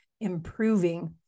improving